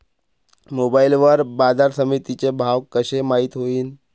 Mobile वर बाजारसमिती चे भाव कशे माईत होईन?